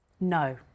No